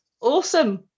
Awesome